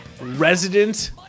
Resident